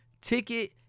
ticket